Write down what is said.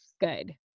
good